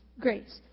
grace